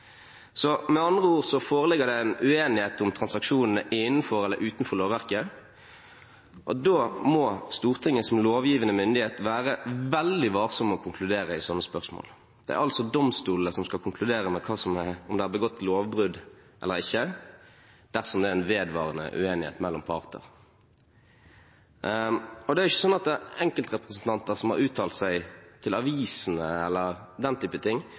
Med andre ord foreligger det uenighet om transaksjonen er innenfor eller utenfor lovverket, og da må Stortinget som lovgivende myndighet være veldig varsom med å konkludere i sånne spørsmål. Det er domstolene som skal konkludere med om det er begått lovbrudd eller ikke, dersom det er en vedvarende uenighet mellom parter. Det er jo ikke sånn at det er enkeltrepresentanter som har uttalt seg til avisene, eller den type ting,